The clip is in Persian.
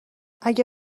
اگه